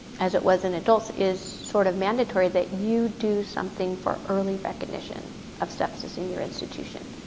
as it was in adults, is sort of mandatory that you do something for early recognition of sepsis in your institution.